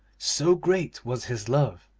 so great was his love.